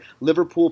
Liverpool